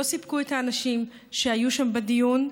לא סיפקו את האנשים שהיו שם בדיון,